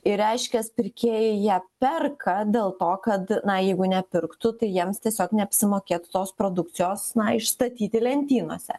ir reiškias pirkėjai jie perka dėl to kad na jeigu nepirktų tai jiems tiesiog neapsimokėtų tos produkcijos išstatyti lentynose